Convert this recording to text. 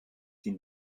die